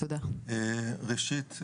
ראשית,